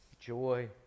joy